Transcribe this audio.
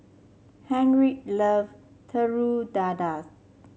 Henriette love Telur Dadah